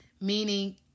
Meaning